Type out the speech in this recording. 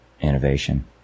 Innovation